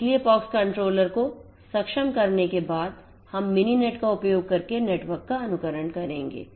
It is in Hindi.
इसलिए पॉक्स कंट्रोलर को सक्षम करने के बाद हम मिनिनेट का उपयोग करके नेटवर्क का अनुकरण करेंगे